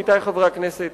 עמיתי חברי הכנסת,